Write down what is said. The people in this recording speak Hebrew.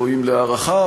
ראויים להערכה,